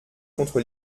contre